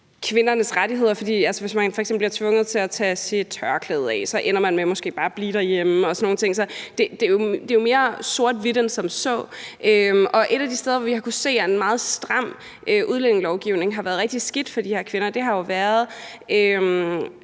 kvindernes rettigheder. For altså, hvis man f.eks. bliver tvunget til at tage sit tørklæde af, ender man måske med bare at blive derhjemme, og sådan nogle ting. Så det er jo mindre sort-hvidt end som så. Et af de steder, hvor vi har kunnet se, at en meget stram udlændingelovgivning har været rigtig skidt for de her kvinder, har jo været